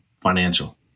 financial